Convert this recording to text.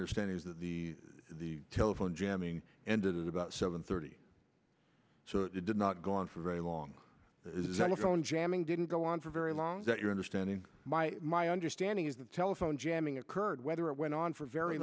understanding is that the telephone jamming ended about seven thirty so it did not go on for very long is a look around jamming didn't go on for very long that your understanding my my understanding is that telephone jamming occurred whether it went on for very